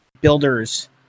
builders